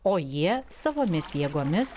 o jie savomis jėgomis